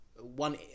one